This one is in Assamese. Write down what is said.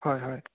হয় হয়